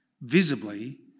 visibly